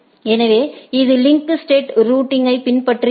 எனவே இது link state ரூட்டிங்யை பின்பற்றுகிறது